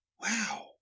wow